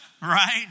Right